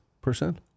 percent